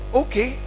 okay